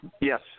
Yes